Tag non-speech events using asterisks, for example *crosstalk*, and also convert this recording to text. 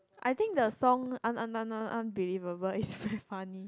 I think the song un~ un~ un~ unbelievable is *breath* very funny